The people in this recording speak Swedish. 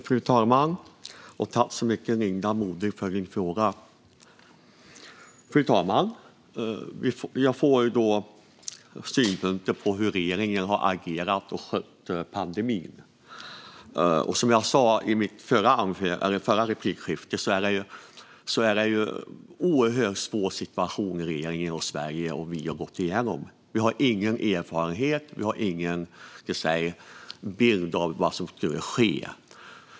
Fru talman! Tack så mycket, Linda Modig, för din fråga! Fru talman! Jag får synpunkter på hur regeringen har agerat och skött pandemin. Som jag sa i mitt förra replikskifte är det en oerhört svår situation som regeringen och Sverige har gått igenom. Vi hade ingen erfarenhet. Vi hade ingen bild av vad som skulle ske.